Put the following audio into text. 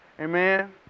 Amen